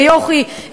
ויוכי,